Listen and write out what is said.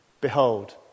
Behold